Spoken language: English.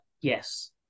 Yes